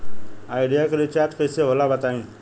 Idea के recharge कइसे होला बताई?